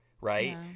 Right